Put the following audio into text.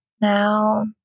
Now